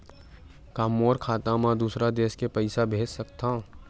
का मोर खाता म दूसरा देश ले पईसा भेज सकथव?